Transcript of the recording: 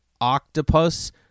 Octopus